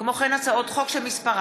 כמו כן, הצעות חוק שמספרן